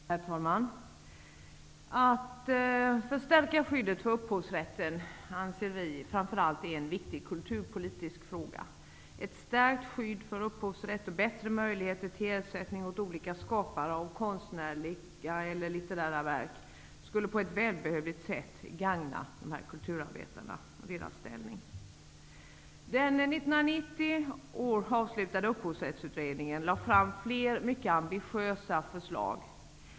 Herr talman! Att förstärka skyddet för upphovsrätten anser vi framför allt vara en viktig kulturpolitisk fråga. Ett stärkt skydd för upphovsrätt och bättre möjligheter till ersättningar åt olika skapare av konstnärliga eller litterära verk skulle på ett välbehövligt sätt gagna kulturarbetarnas ställning. Den år 1990 avslutade Upphovsrättsutredningen lade fram flera mycket ambitiösa förslag.